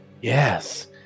yes